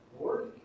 Lord